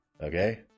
Okay